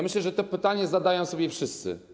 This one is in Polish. Myślę, że te pytania zadają sobie wszyscy.